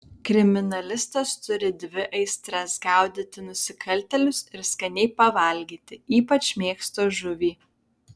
kriminalistas turi dvi aistras gaudyti nusikaltėlius ir skaniai pavalgyti ypač mėgsta žuvį